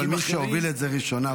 אבל מי שהובילה את זה ראשונה,